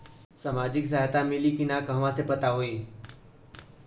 सामाजिक सहायता मिली कि ना कहवा से पता होयी?